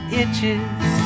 itches